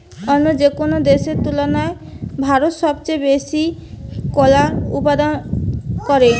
অন্য যেকোনো দেশের তুলনায় ভারত সবচেয়ে বেশি কলা উৎপাদন করে